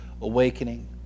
awakening